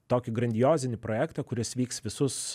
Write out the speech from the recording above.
tokį grandiozinį projektą kuris vyks visus